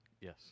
Yes